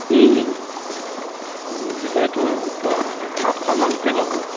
বিঘাই তোৰ সাতশমানকে ল'ব